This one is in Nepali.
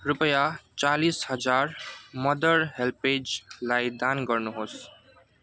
रुपैयाँ चालिस हजार मदर हेल्पेजलाई दान गर्नुहोस्